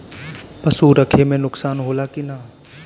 पशु रखे मे नुकसान होला कि न?